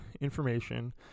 information